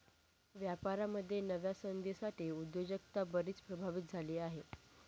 व्यापारामध्ये नव्या संधींसाठी उद्योजकता बरीच प्रभावित झाली आहे